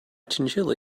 chinchilla